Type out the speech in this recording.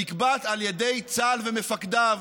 נקבעת על ידי צה"ל ומפקדיו.